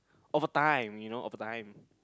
over time you know over time